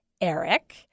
Eric